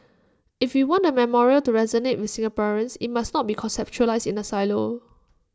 if we want the memorial to resonate with Singaporeans IT must not be conceptualised in A silo